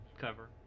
cover